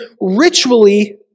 ritually